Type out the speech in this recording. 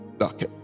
Okay